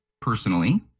personally